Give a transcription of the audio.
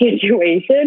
situation